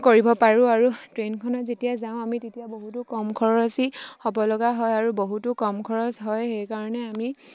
কৰিব পাৰোঁ আৰু ট্ৰেইনখনত যেতিয়া যাওঁ আমি তেতিয়া বহুতো কম খৰচী হ'ব লগা হয় আৰু বহুতো কম খৰচ হয় সেইকাৰণে আমি